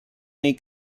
nei